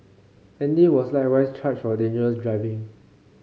Andy was likewise charged for dangerous driving